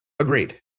Agreed